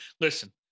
Listen